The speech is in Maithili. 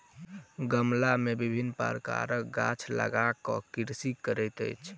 गमला मे विभिन्न प्रकारक गाछ लगा क कृषि करैत अछि